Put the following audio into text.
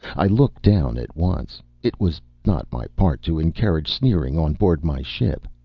i looked down at once. it was not my part to encourage sneering on board my ship.